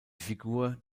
figur